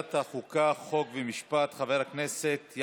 לחושך הנורא הזה שנפל עליהם,